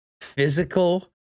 physical